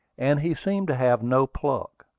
and he seemed to have no pluck.